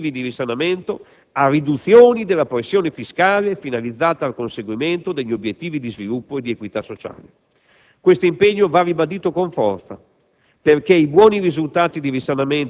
permanenti ed eccedenti gli obiettivi di risanamento, a riduzioni della pressione fiscale finalizzata al conseguimento degli obiettivi di sviluppo ed equità sociale. Questo impegno va ribadito con forza